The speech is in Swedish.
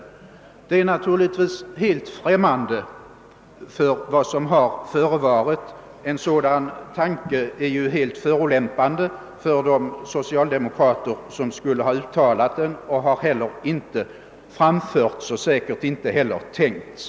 Detta överensstämmer naturligtvis inte alls med vad som förevarit. Ett sådant påstående är ju helt förolämpande för de socialdemokrater som skulle ha gjort det. Någonting sådant har inte sagts, och man har säkerligen inte heller tänkt denna tanke.